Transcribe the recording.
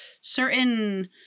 certain